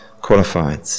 qualified